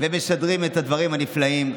ומשדרים את הדברים הנפלאים.